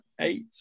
eight